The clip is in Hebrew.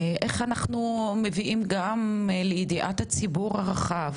איך אנחנו מביאים גם לידיעת הציבור הרחב,